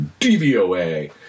DVOA